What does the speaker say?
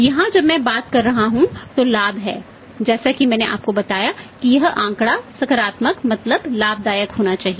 यहां जब मैं बात कर रहा हूं तो लाभ है जैसा कि मैंने आपको बताया कि यह आंकड़ा सकारात्मक मतलब लाभदायक होना चाहिए